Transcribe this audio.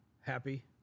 Happy